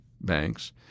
banks